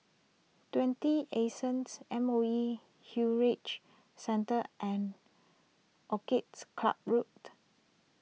twenty Anson's M O E Heritage Centre and Orchids Club Road